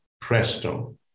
presto